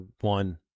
one